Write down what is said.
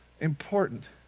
important